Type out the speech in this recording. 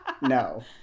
no